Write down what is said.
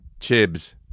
Chibs